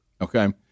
Okay